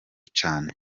cane